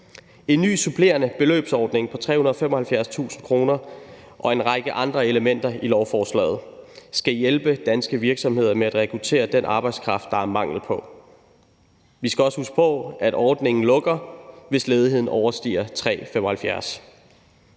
En ny supplerende beløbsordning på 375.000 kr. og en række andre elementer i lovforslaget skal hjælpe danske virksomheder med at rekruttere den arbejdskraft, der er mangel på. Vi skal også huske på, at ordningen lukker, hvis ledigheden overstiger 3,75 pct.